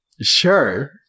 sure